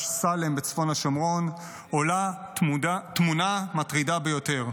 סאלם בצפון השומרון עולה תמונה מטרידה ביותר.